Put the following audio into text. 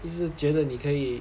一直觉得你可以